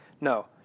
No